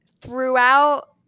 Throughout